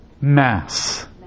Mass